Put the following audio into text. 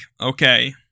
okay